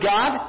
God